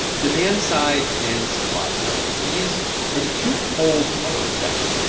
demand side and supply side these are the two poles of a recession.